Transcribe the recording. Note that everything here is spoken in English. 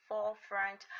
Forefront